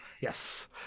yes